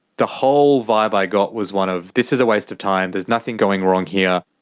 the whole vibe i got was one of this is a waste of time. there's nothing going wrong here.